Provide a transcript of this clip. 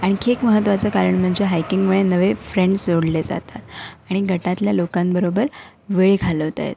आणखी एक महत्त्वाचं कारण म्हणजे हायकिंगमुळे नवे फ्रेंड्स जोडले जातात आणि गटातल्या लोकांबरोबर वेळ घालवता येतो